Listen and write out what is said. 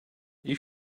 you